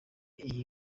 iyi